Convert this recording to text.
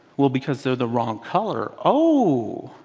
well, because they're the wrong color. oh,